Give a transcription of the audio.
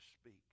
speak